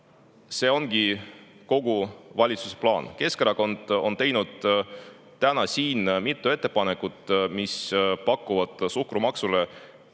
See ongi valitsuse kogu plaan. Keskerakond on täna teinud siin mitu ettepanekut, mis pakuvad suhkrumaksule